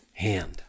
Hand